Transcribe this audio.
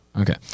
Okay